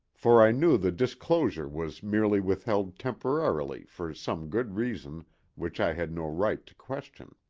for i knew the disclosure was merely withheld temporarily for some good reason which i had no right to question.